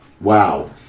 wow